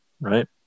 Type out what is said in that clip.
Right